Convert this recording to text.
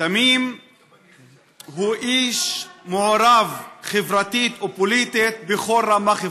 תמים הוא איש מעורב חברתית ופוליטית בכל רמ"ח איבריו,